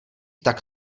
tak